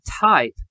type